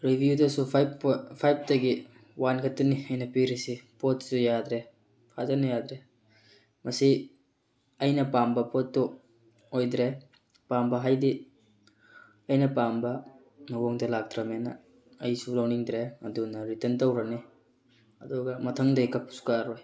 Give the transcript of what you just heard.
ꯔꯤꯕꯤꯌꯨꯗꯁꯨ five ꯐꯥꯏꯚꯇꯒꯤ one ꯈꯛꯇꯅꯤ ꯑꯩꯅ ꯄꯤꯔꯤꯁꯤ ꯄꯣꯠꯁꯤꯁꯨ ꯌꯥꯗ꯭ꯔꯦ ꯐꯖꯅ ꯌꯥꯗ꯭ꯔꯦ ꯃꯁꯤ ꯑꯩꯅ ꯄꯥꯝꯕ ꯄꯣꯠꯇꯨ ꯑꯣꯏꯗ꯭ꯔꯦ ꯄꯥꯝꯕ ꯍꯥꯏꯗꯤ ꯑꯩꯅ ꯄꯥꯝꯕ ꯃꯑꯣꯡꯗ ꯂꯥꯛꯇ꯭ꯔꯃꯤꯅ ꯑꯩꯁꯨ ꯂꯧꯅꯤꯡꯗ꯭ꯔꯦ ꯑꯗꯨꯅ ꯔꯤꯇꯔꯟ ꯇꯧꯈ꯭ꯔꯅꯤ ꯑꯗꯨꯒ ꯃꯊꯪꯗꯩ ꯀꯛꯁꯨ ꯀꯛꯑꯔꯣꯏ